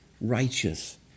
righteous